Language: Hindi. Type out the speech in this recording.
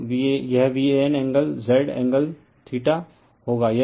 तो यह VAN एंगल Z एंगल होगा